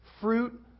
fruit